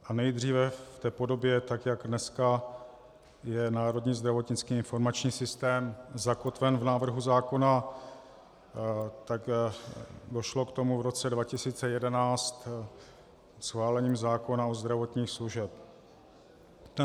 A nejdříve v té podobě, tak jak dneska je Národní zdravotnický informační systém zakotven v návrhu zákona, tak došlo k tomu v roce 2011 schválením zákona o zdravotních službách.